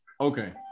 Okay